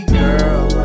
girl